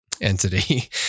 entity